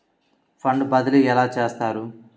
Fund బదిలీ ఎలా చేస్తారు?